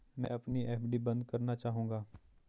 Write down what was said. मैं अपनी एफ.डी बंद करना चाहूंगा